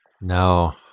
no